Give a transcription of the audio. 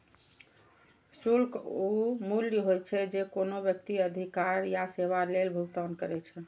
शुल्क ऊ मूल्य होइ छै, जे कोनो व्यक्ति अधिकार या सेवा लेल भुगतान करै छै